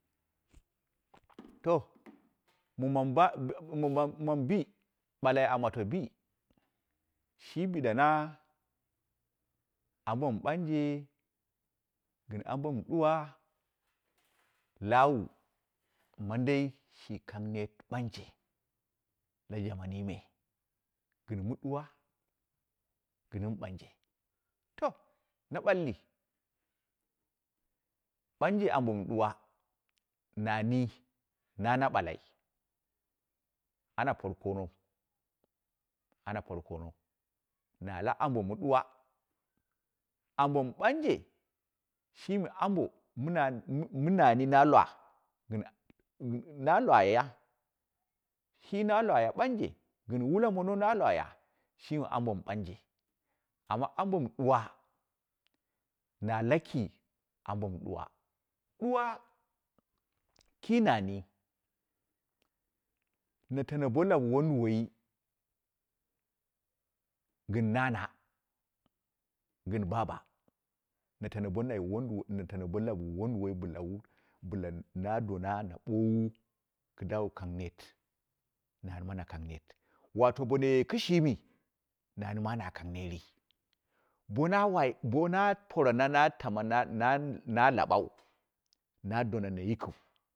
To mi mamu ba mɨ mɨ mamu bii, balai a mato bii, shi bideng ambo mɨ banje gɨn ambo ma duwo lawa mandai shiu kang neet banje la jamanyi me z gɨn mɨ duwa, gɨn mɨ banje, to na bulli, banje anbo mɨ duwa, nani na na balai ana kir konou, ana por konou na la ambo ma duwa, ambo tng banje shimi ambo mɨna, mɨ nai na lwa gɨn na iwayu, shi na iwaya banje gɨn wula mono nu iwaya shimi anbo ma banje am bna ambo ma duwa, na laku ambo mɨ duwa, duwa kii nani na tano bo lau wunduwai, gɨn nana, gɨn baba, na tano bo luu wurdu, na tano bo lau wunduwai, bɨla wu, bɨla na dona na bowu kidu wu kang neet, nani ma na kang neet, wato bonaye kishini, namima na kang neer yi, bona wa bona porena na tana na na labau na donana yikɨu.